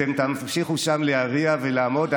אתם תמשיכו שם להריע ולעמוד.